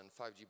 5G